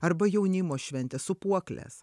arba jaunimo šventės sūpuoklės